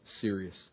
serious